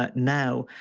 but now